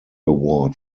award